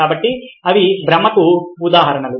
కాబట్టి అవి భ్రమకు ఉదాహరణలు